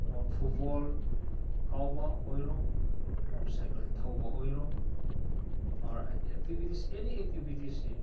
or football ꯀꯥꯎꯕ ꯑꯣꯏꯔꯣ or cycle ꯊꯧꯕ ꯑꯣꯏꯔꯣ ꯑꯣꯔ ꯑꯦꯛꯇꯤꯕꯤꯇꯤꯁ ꯑꯦꯅꯤ ꯑꯦꯛꯇꯤꯕꯤꯇꯤꯁ ꯁꯤ